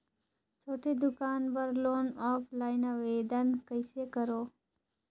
छोटे दुकान बर लोन ऑफलाइन आवेदन कइसे करो?